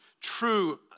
true